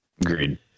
Agreed